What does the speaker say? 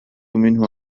منه